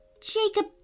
Jacob